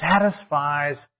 satisfies